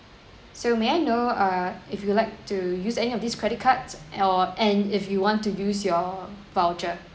so may I know err if you like to use any of these credit cards or and if you want to use your voucher